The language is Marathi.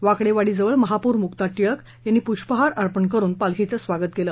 वाकडेवाडीजवळ महापौर मुक्ता टिळक यांनी पुष्पहार अर्पण करून पालखीचं स्वागत केलं